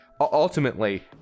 ultimately